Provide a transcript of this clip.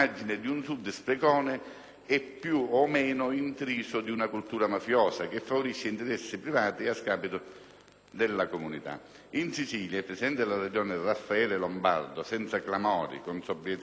e più o meno intriso di una cultura mafiosa, che favorisce interessi privati a scapito della comunità. In Sicilia, il presidente della Regione Raffaele Lombardo, senza clamori e con sobrietà, come gli è consueto,